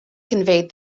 conveyed